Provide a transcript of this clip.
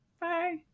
Bye